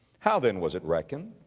how then was it reckoned?